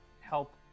help